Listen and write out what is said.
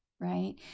right